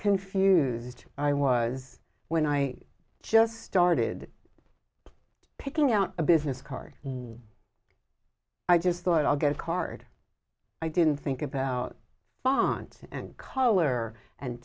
confused i was when i just started picking out a business card i just thought i'll get a card i didn't think about font and color and